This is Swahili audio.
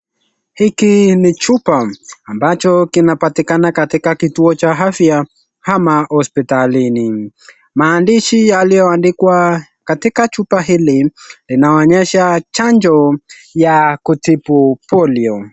Hiki ni chupa ambacho kinapatikana katika kituo cha afya ama hospitalini. Maandishi yaliyo andikwa katika chupa hili linaonyesha chanjo ya kutibu polio .